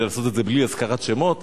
רציתי לעשות את זה בלי הזכרת שמות,